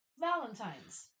Valentine's